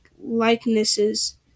likenesses